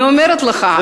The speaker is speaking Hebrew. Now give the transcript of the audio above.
אני אומרת לך,